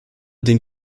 den